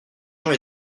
gens